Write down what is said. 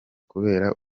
kubera